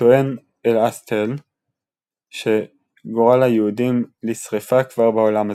טוען אלאסטאל שגורל היהודים לשרפה כבר בעולם הזה,